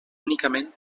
únicament